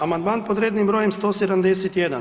Amandman pod rednim brojem 171.